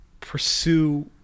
pursue